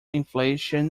inflation